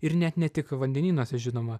ir net ne tik vandenynuose žinoma